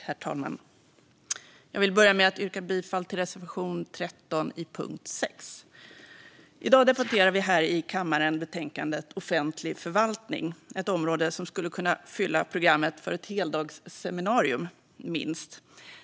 Herr talman! Jag vill börja med att yrka bifall till reservation 13 under punkt 6. I dag debatterar vi här i kammaren betänkandet Offentlig förvaltning . Det är ett område som skulle kunna fylla programmet för ett heldagsseminarium - minst.